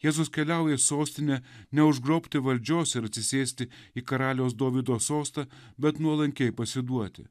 jėzus keliauja į sostinę neužgrobti valdžios ir atsisėsti į karaliaus dovydo sostą bet nuolankiai pasiduoti